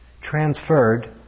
transferred